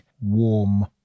warm